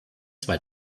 zwei